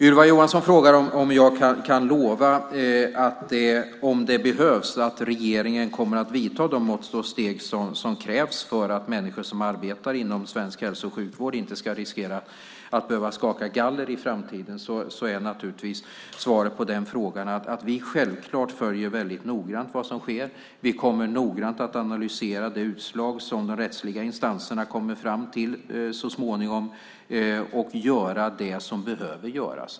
Ylva Johansson frågar om jag kan lova att regeringen om det behövs kommer att vidta de mått och steg som krävs för att människor som arbetar inom svensk hälso och sjukvård inte ska riskera att behöva skaka galler i framtiden. Svaret på den frågan är att vi självfallet noggrant följer vad som sker. Vi kommer noggrant att analysera det utslag som de rättsliga instanserna kommer fram till så småningom och göra det som behöver göras.